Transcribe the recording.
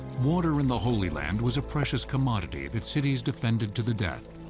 water in the holy land was a precious commodity that cities defended to the death.